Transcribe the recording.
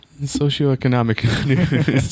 Socioeconomic